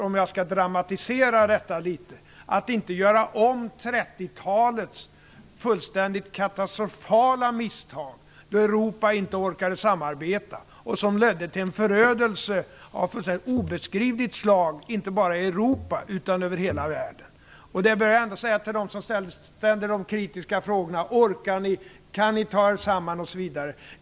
Om jag skall dramatisera det litet kan jag säga att vi inte får göra om 30-talets fullständigt katastrofala misstag, då Europa inte orkade samarbeta, som ledde till en förödelse av fullständigt obeskrivligt slag inte bara i Europa utan över hela världen. Det bör jag säga till dem som ställer de kritiska frågorna: Orkar ni? Kan ni ta er samman?